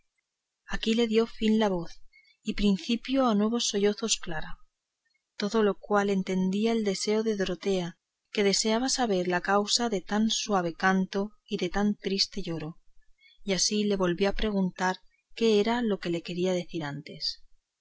aquí dio fin la voz y principio a nuevos sollozos clara todo lo cual encendía el deseo de dorotea que deseaba saber la causa de tan suave canto y de tan triste lloro y así le volvió a preguntar qué era lo que le quería decir denantes